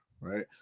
right